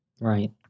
Right